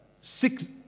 Six